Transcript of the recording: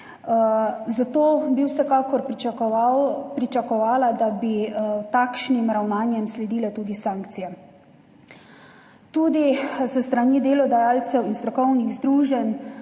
Zato bi vsekakor pričakovala, da bi takšnim ravnanjem sledile tudi sankcije. Tudi s strani delodajalcev in strokovnih združenj